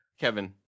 Kevin